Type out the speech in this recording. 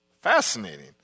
Fascinating